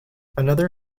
another